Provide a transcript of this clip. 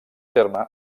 terme